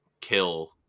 kill